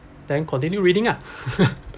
then continue reading ah